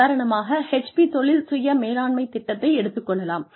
உதாரணமாக HP தொழில் சுய மேலாண்மை திட்டத்தை எடுத்துக் கொள்ளலாம்